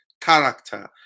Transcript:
character